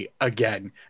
again